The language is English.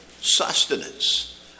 sustenance